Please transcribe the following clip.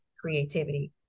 creativity